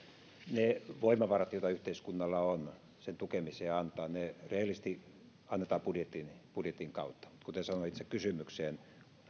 ne voimavarat joita yhteiskunnalla on sen tukemiseen antaa rehellisesti annetaan budjetin budjetin kautta kuten sanoin itse kysymykseen